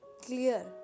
Clear